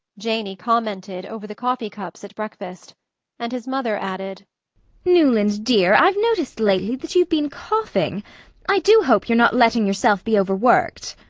janey commented over the coffee-cups at breakfast and his mother added newland, dear, i've noticed lately that you've been coughing i do hope you're not letting yourself be overworked?